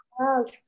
world